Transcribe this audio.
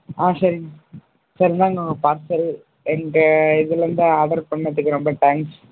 ஆ சரிங்க சார் இந்தாங்க உங்கள் பார்சல் எங்கள் இதுலிருந்து ஆர்டர் பண்ணிணதுக்கு ரொம்ப டேங்க்ஸ்